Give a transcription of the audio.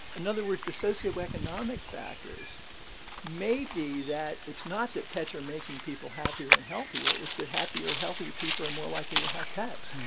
in other words, the socioeconomic factors may be that it's not that pets are making people happier and healthier. it's that happier, healthier people are more likely to have pets.